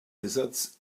lizards